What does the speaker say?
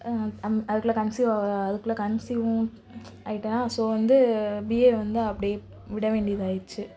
அ அதுக்குள்ளே கன்சீவாக அதுக்குள்ளே கன்சீவும் ஆகிட்டேன் ஸோ வந்து பிஏ வந்து அப்படியே விட வேண்டியதாக ஆகிடுச்சு